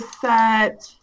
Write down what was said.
set